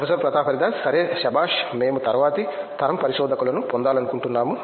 professor Pratap Haridas సరే శభాష్ మేము తరువాతి తరం పరిశోధకులను పొందాలనుకుంటున్నాము